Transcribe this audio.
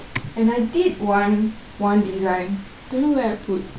and I did one one design don't know where I put